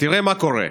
תראה מה קורה: